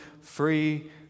free